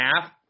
half